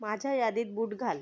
माझ्या यादीत बूट घाल